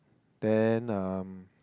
then um